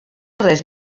res